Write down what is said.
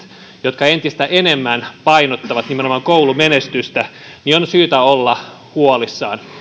jotka entistä enemmän painottavat nimenomaan koulumenestystä niin on syytä olla huolissaan